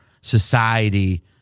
society